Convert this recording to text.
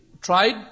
tried